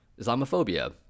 Islamophobia